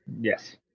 Yes